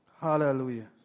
Hallelujah